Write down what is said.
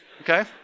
okay